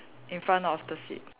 in front of the seat